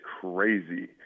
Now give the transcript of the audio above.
crazy